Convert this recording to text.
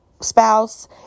spouse